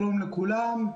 שלום לכולם.